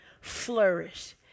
Flourish